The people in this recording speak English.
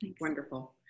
Wonderful